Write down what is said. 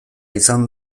izan